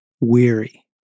weary